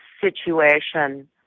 situation